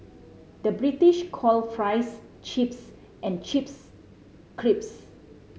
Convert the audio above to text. the British call fries chips and chips crisps